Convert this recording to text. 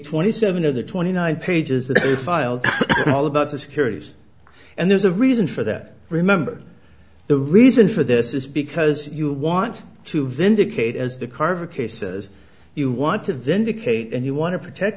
twenty seven of the twenty nine pages that were filed all about the securities and there's a reason for that remember the reason for this is because you want to vindicate as the carver cases you want to vindicate and you want to protect